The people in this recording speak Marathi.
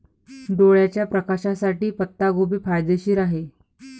डोळ्याच्या प्रकाशासाठी पत्ताकोबी फायदेशीर आहे